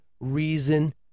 Reason